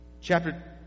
Chapter